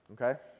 Okay